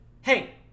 hey